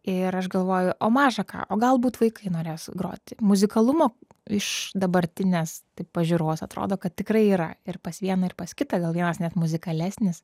ir aš galvoju o maža ką o galbūt vaikai norės groti muzikalumo iš dabartinės taip pažiūros atrodo kad tikrai yra ir pas vieną ir pas kitą gal vienas net muzikalesnis